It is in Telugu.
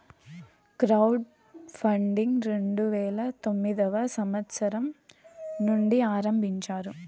క్రౌడ్ ఫండింగ్ రెండు వేల తొమ్మిదవ సంవచ్చరం నుండి ఆరంభించారు